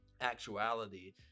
actuality